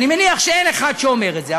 אני מניח שאין אחד שאומר את זה.